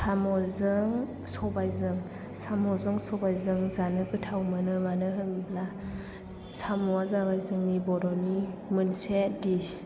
साम'जों सबाइजों साम'जों सबाइजों जानो गोथाव मोनो मानो होनोब्ला साम'आ जाबाय जोंनि बर'नि मोनसे डिस